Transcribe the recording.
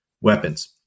weapons